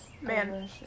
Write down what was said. Man